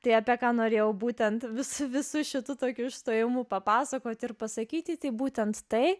tai apie ką norėjau būtent su visu šituo tokiu išstojimu papasakoti ir pasakyti tai būtent tai